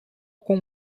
com